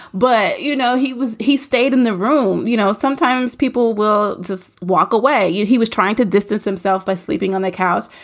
but, you know, he was. he stayed in the room. you know, sometimes people will just walk away. he was trying to distance himself by sleeping on the couch.